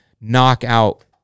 knockout